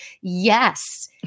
Yes